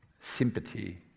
sympathy